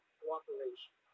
cooperation